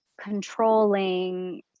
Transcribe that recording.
controlling